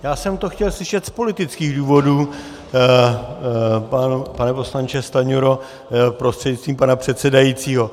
Já jsem to chtěl slyšet z politických důvodů, pane poslanče Stanjuro prostřednictvím pana předsedajícího.